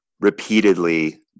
repeatedly